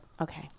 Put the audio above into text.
Okay